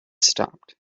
stopped